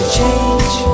Change